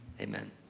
Amen